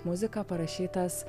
muziką parašytas